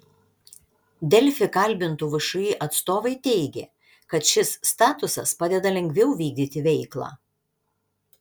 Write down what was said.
delfi kalbintų všį atstovai teigė kad šis statusas padeda lengviau vykdyti veiklą